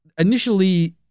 Initially